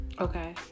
Okay